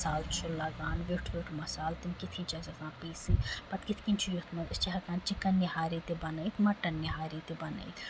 لگان وِیوٚٹھ وِیوٚٹھ مَصالہٕ تِم کِتھ کٔنۍ چھِ اَسہِ آسان پیٖسٕنۍ أسۍ چھِ ہٮ۪کان چِکن یا نِہاری تہِ بَنٲیِتھ مَٹن نِہاری تہِ بَنٲیِتھ